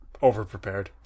overprepared